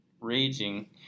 raging